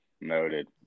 Noted